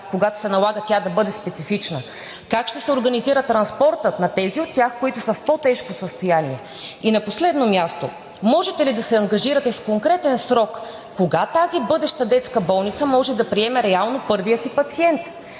когато се налага тя да бъде специфична, как ще се организира транспортът на тези от тях, които са в по-тежко състояние? И на последно място, можете ли да се ангажирате с конкретен срок кога тази бъдеща детска болница може да приеме реално първия си пациент?